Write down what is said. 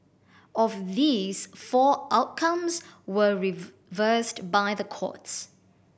of these four outcomes were reversed by the courts